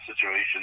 situation